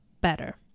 better